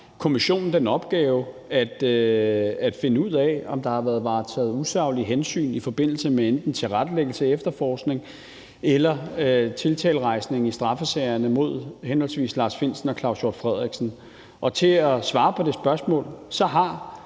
kommissionen om at finde ud af, om der har været varetaget usaglige hensyn i forbindelse med enten tilrettelæggelsen af efterforskningen eller tiltalerejsningen i straffesagerne mod henholdsvis Lars Findsen og Claus Hjort Frederiksen. Og til at svare på det spørgsmål har